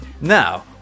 Now